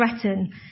threaten